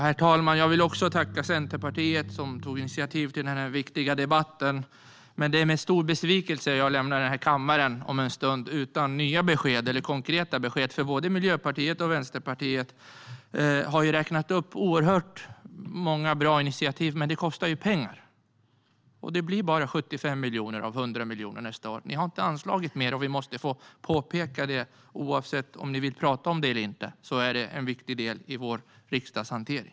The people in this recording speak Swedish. Herr talman! Jag vill också tacka Centerpartiet, som tog initiativ till den här viktiga debatten. Men det är med stor besvikelse jag om en stund lämnar kammaren utan nya och konkreta besked. Både Miljöpartiet och Vänsterpartiet har räknat upp oerhört många bra initiativ, men de kostar pengar. Det blir bara 75 miljoner av 100 miljoner nästa år. Ni har inte anslagit mer, och vi måste få påpeka det oavsett om ni vill prata om det eller inte. Det är en viktig del av vår riksdagshantering.